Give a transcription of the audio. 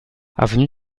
avenue